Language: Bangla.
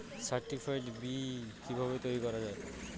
সার্টিফাইড বি কিভাবে তৈরি করা যায়?